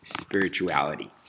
spirituality